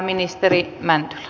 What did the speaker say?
arvoisa puhemies